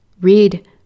Read